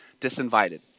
disinvited